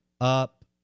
Up